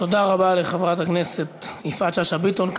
תודה רבה לחברת הכנסת יפעת שאשא ביטון.